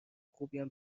خوبیم